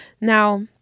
Now